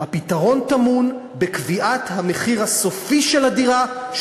הפתרון טמון בקביעת המחיר הסופי של הדירה,